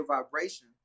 vibration